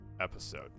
episode